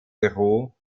büro